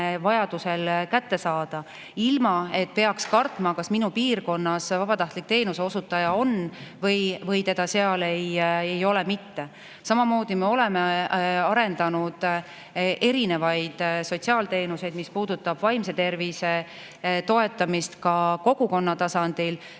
vajadusel kätte saada, ilma et peaks kartma, kas minu piirkonnas vabatahtlik teenuseosutaja on või teda seal ei ole mitte. Samamoodi me oleme arendanud erinevaid sotsiaalteenuseid, mis puudutavad vaimse tervise toetamist kogukonna tasandil.